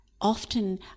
often